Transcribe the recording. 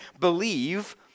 believe